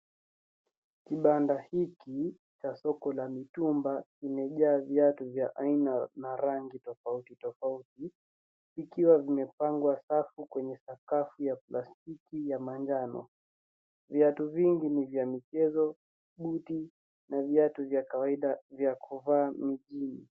Kibanda hiki, cha soko la mitumba limejaa viatu vya aina na rangi tofauti tofauti, ikiwa vimepangwa safu kwenye sakafu ya plasti ya manjano. Viatu vingi ni vya michezo, buti na viatu vya kawaida vya kuvaa mjini.